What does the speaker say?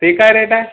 ते काय रेट आहे